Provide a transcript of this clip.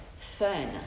fun